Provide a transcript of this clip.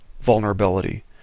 vulnerability